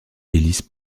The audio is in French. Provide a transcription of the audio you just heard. hélices